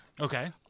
Okay